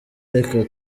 reka